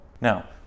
Now